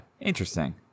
interesting